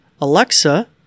Alexa